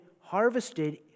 harvested